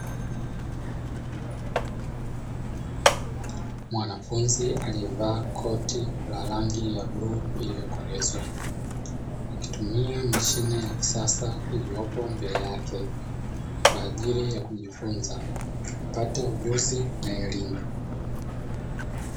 Mwanafunzi aliyevaa koti la rangi ya bluu lililokolezwa, akitumia mashine ya kisasa iliyopo mbele yake kwa ajili ya kujifunza, apate ujuzi na elimu.